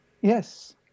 Yes